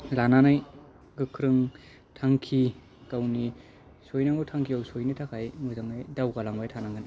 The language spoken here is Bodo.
लानानै गोख्रों थांखि गावनि सौहैनांगौ थांखियाव सौहैनो थाखाय मोजाङै दावगालांबाय थानांगोन